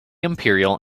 imperial